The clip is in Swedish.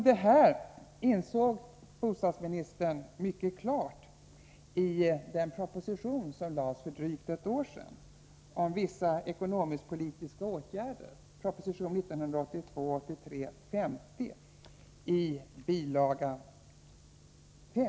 Det här insåg bostadsministern mycket klart, när han skrev den proposition som lades fram för drygt ett år sedan beträffande vissa ekonomisk-politiska åtgärder. Det gäller proposition 1982/83:50, bil.